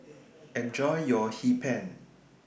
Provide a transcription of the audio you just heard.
Enjoy your Hee Pan